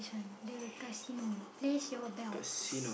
the casino place your belts